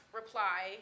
reply